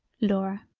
laura.